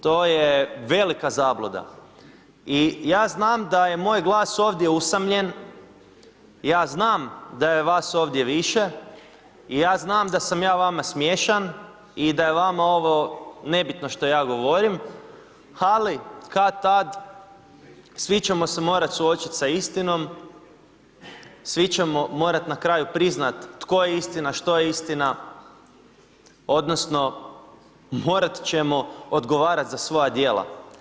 To je velika zabluda i ja znam da je moj glas ovdje usamljen, ja znam da je vas ovdje više i ja znam da sam ja vama smiješan i da je vama ovo nebitno što ja govorim, ali kad-tad svi ćemo se morat suočit sa istinom, svi ćemo morat na kraju priznat tko je istina, što je istina odnosno morat ćemo odgovarat za svoja djela.